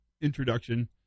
introduction